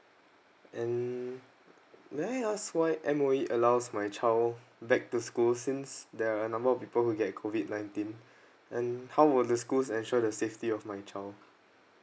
and may I ask why M_O_E allows my child back to school since there are a number of people who get COVID nineteen and how will the schools ensure the safety of my child